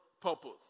purpose